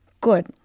Good